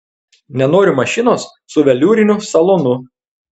nenoriu mašinos su veliūriniu salonu